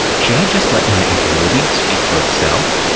should i just let my ability speak for itself?